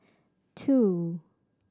two